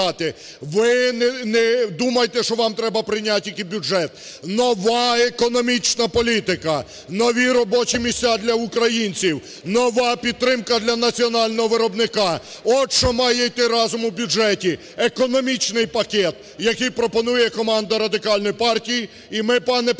Ви не думайте, що вам треба прийняти тільки бюджет. Нова економічна політика, нові робочі місця для українців, нова підтримка для національного виробника, – от що має йти разом в бюджеті. Економічний пакет, який пропонує команда Радикальної партії. І ми, пане